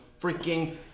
freaking